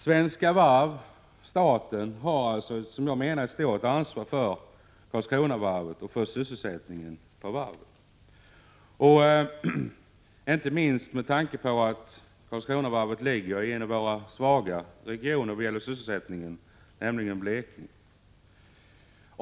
Svenska Varv — staten — har enligt min mening ett stort ansvar för Karlskronavarvet och för sysselsättningen på varvet, inte minst med tanke på att Karlskronavarvet ligger i en region med svag sysselsättning, nämligen Blekinge.